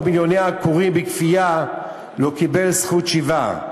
מיליוני עקורים בכפייה לא קיבל זכות שיבה.